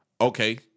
okay